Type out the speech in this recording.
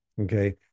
Okay